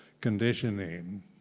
conditioning